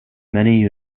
many